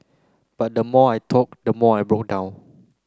but the more I talk the more I broke down